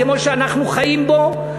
כמו שאנחנו חיים בו,